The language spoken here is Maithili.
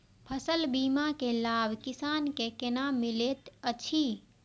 फसल बीमा के लाभ किसान के कोना मिलेत अछि?